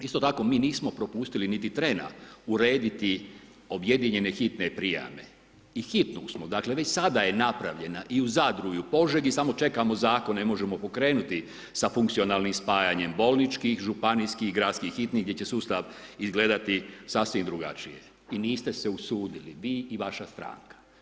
Isto tako mi nismo propustili niti trena urediti objedinjene hitne prijame i hitnu smo, dakle već sada je napravljena i u Zadru i u Požegi, samo čekamo zakon ne možemo pokrenuti sa funkcionalnim spajanjem bolničkih, županijskih, gradskih hitni gdje će sustav izgledati sasvim drugačije i niste se usudili vi i vaša stranka.